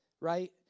Right